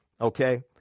Okay